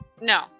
No